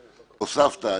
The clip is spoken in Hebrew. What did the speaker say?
שהוספת,